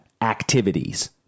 activities